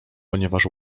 ponieważ